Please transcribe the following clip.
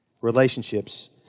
Relationships